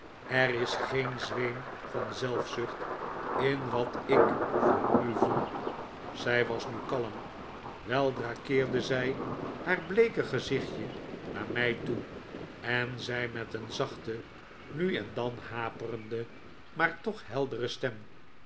er is geen zweem van zelf zucht in wat ik voor u voel zij was nu kalm weldra keerde zij haar bleeke gezichtje naar mij toe en zei met een zachte nu en dan haperende maar toch heldere stem